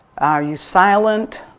are you silent?